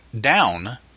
down